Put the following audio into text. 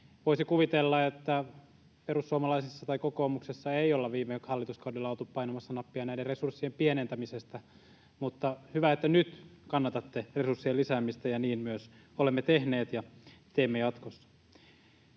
Voisi kuvitella, että perussuomalaisissa tai kokoomuksessa ei olla viime hallituskaudella oltu painamassa nappia näiden resurssien pienentämisestä, mutta hyvä, että nyt kannatatte resurssien lisäämistä, ja niin myös me olemme tehneet ja teemme jatkossa.